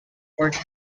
fourth